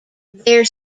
their